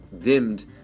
dimmed